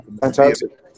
Fantastic